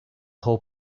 whole